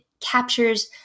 captures